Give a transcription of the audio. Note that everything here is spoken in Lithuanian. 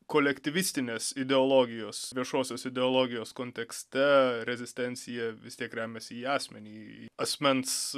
kolektyvistinės ideologijos viešosios ideologijos kontekste rezistencija vis tiek remiasi į asmenį į asmens